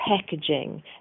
packaging